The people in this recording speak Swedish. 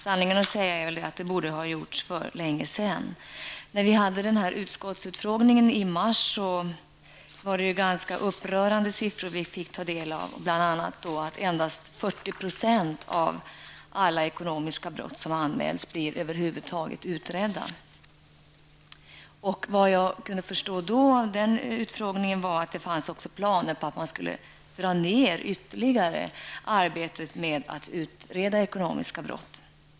Sanningen att säga borde väl detta ha gjorts för länge sedan. Vid utskottsutfrågningen i mars fick vi ta del av ganska upprörande siffror; bl.a. att endast 40 % av de ekonomiska brott som anmäls över huvud taget blir utredda. Vad jag kunde förstå av utfrågningen var att det fanns planer på att ytterligare dra ner på arbetet med att utreda ekonomiska brott.